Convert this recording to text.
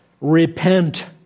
repent